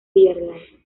villarreal